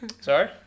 Sorry